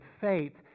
faith